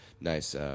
nice